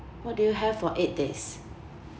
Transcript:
what do you have for eight days